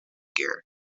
gear